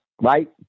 right